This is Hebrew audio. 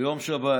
ביום שבת